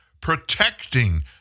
Protecting